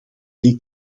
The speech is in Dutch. dit